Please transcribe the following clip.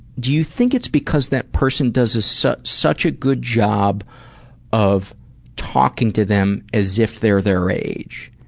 do you think it's because that person does such such a good job of talking to them as if they're their age?